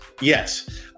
Yes